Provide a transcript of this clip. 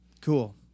Cool